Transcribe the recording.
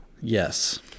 Yes